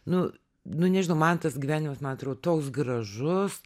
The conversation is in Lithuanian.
nu nu nežinau man tas gyvenimas ma atro toks gražus